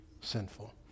sinful